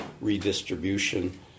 redistribution